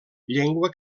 llengua